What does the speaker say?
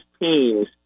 teams